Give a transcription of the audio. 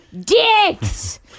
dicks